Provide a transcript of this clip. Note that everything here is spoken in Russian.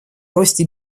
росте